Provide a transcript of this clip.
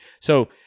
So-